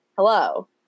Hello